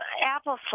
apple